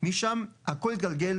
משם הכל התגלגל.